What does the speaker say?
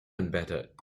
embedded